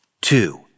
Two